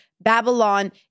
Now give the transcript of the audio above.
Babylon